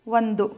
ಒಂದು